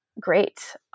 great